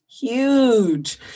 huge